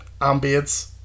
ambience